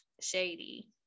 shady